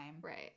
Right